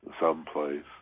someplace